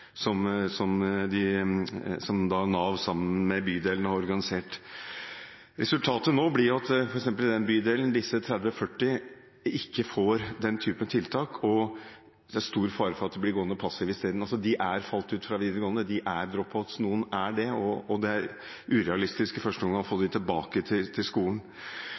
som Nav har organisert sammen med bydelen. Resultatet nå blir at f.eks. disse 30–40 ikke får den typen tiltak, og det er stor fare for at de isteden blir gående passive. Altså, de har falt ut fra videregående, de er «dropouts». Noen er det, og det er i første omgang urealistisk å få dem tilbake til skolen.